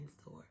store